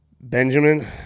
Benjamin